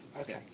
Okay